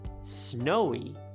Snowy